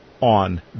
on